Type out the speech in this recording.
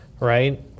right